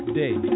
day